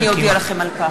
הרווחה והבריאות.